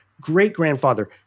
great-grandfather